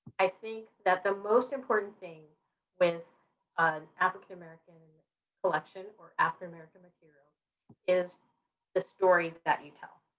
i think that the most important thing with an african-american collection or african-american material is the story that you tell.